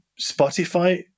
Spotify